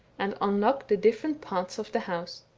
and unlock the different parts of the house.